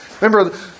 Remember